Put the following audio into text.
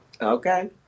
Okay